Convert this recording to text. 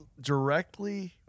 directly